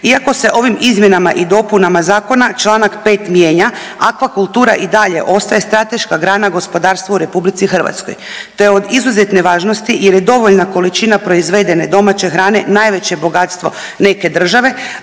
Iako se ovim izmjenama i dopunama zakona čl. 5. mijenja, akvakultura i dalje ostaje strateška grana gospodarstva u RH. To je od izuzetne važnosti jer je dovoljna količina proizvedene domaće hrane najveće bogatstvo neke države,